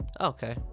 Okay